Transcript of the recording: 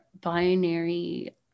binary